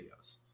videos